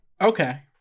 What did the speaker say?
Okay